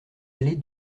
allée